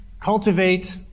cultivate